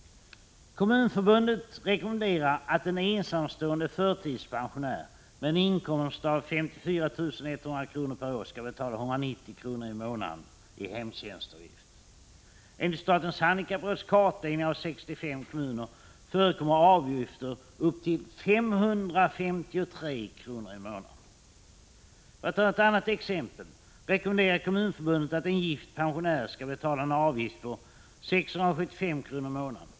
Kommunförbundet rekommenderar att en ensamstående förtidspensionär med en inkomst av 54 100 kr. per år skall betala 190 kr. i månaden i hemtjänstavgift. Enligt statens handikappråds kartläggning av 65 kommuner förekommer avgifter upp till 553 kr. i månaden. Ett annat exempel: Kommunförbundet rekommenderar att en gift pensionär skall betala en avgift på 675 kr. i månaden.